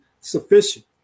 sufficient